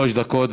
שלוש דקות.